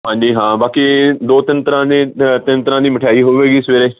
ਹਾਂਜੀ ਹਾਂ ਬਾਕੀ ਦੋ ਤਿੰਨ ਤਰ੍ਹਾਂ ਦੇ ਤਿੰਨ ਤਰ੍ਹਾਂ ਦੀ ਮਠਿਆਈ ਹੋਵੇਗੀ ਸਵੇਰੇ